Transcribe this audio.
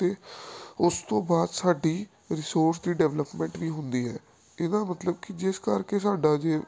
ਅਤੇ ਉਸ ਤੋਂ ਬਾਅਦ ਸਾਡੀ ਰਿਸੋਰਸ ਦੀ ਡਿਵਲੈਪਮੈਂਟ ਵੀ ਹੁੰਦੀ ਹੈ ਇਹਦਾ ਮਤਲਬ ਕਿ ਜਿਸ ਕਰਕੇ ਸਾਡਾ ਜੇ